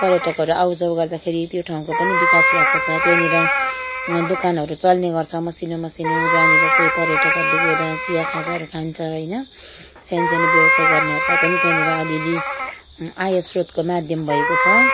पर्यटकहरू आउजाउ गर्दाखेरि त्यो ठाउँको पनि विकास भएको छ त्यहाँनिर दोकानहरू चल्ने गर्छ मसिनो मसिनो जहाँनिर चाहिँ पर्यटकहरूले गएर चिया खाजाहरू खान्छ होइन सानो सानो व्यवसाय गर्नेहरूलाई पनि त्यहाँनिर अलिअलि आय स्रोतको माध्यम भएको छ